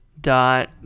dot